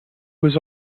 was